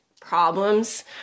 problems